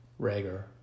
Rager